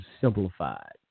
simplified